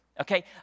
Okay